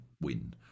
win